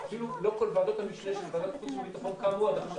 אבל לא כל ועדות המשנה של חוץ וביטחון קמו עד עכשיו.